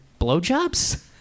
Blowjobs